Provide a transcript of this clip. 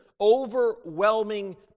overwhelming